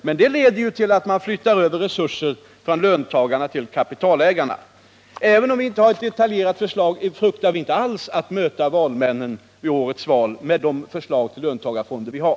Men det leder till att man flyttar över resurser från löntagarna till kapitalägarna. Även om vi inte har ett detaljerat förslag fruktar vi inte alls att möta valmännen vid årets val med det förslag till löntagarfonder som vi har.